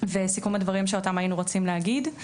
וסיכום הדברים שאותם היינו רוצים להגיד.